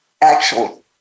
actual